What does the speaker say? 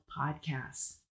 podcasts